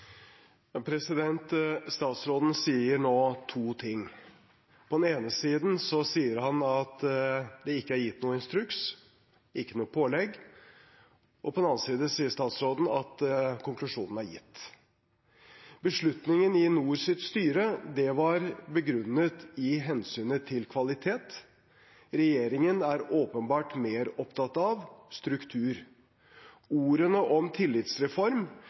Statsråden sier nå to ting. På den ene side sier han at det ikke er gitt noen instruks, ikke noe pålegg, og på den annen side sier statsråden at konklusjonen er gitt. Beslutningen i Nord universitets styre var begrunnet i hensynet til kvalitet. Regjeringen er åpenbart mer opptatt av struktur. Ordene om tillitsreform